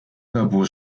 俱乐部